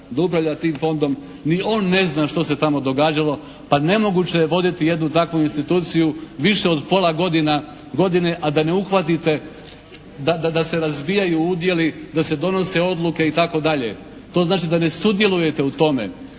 događa tim fondom, ni on nezna što se tamo događalo. Pa nemoguće je voditi jednu takvu instituciju više od pola godine a da ne uhvatite, da se razbijaju udjeli, da se donose odluke itd. to znači da ne sudjelujete u tome.